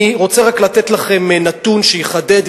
אני רק רוצה רק לתת לכם נתון שיחדד,